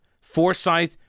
Forsyth